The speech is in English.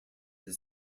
his